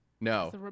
No